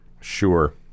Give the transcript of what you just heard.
Sure